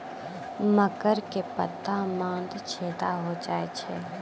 मकर के पत्ता मां छेदा हो जाए छै?